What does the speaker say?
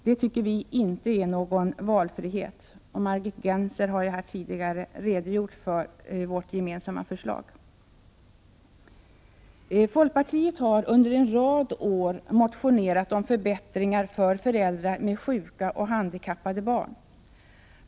Det tycker vi inte är någon valfrihet, och Margit Gennser har ju här tidigare redogjort för vårt gemensamma förslag. Folkpartiet har under en rad år motionerat om förbättringar för föräldrar med sjuka och handikappade barn.